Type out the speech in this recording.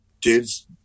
dudes